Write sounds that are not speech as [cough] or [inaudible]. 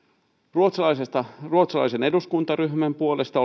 ruotsalaisen ruotsalaisen eduskuntaryhmän puolesta [unintelligible]